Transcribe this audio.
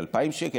2,000 שקל,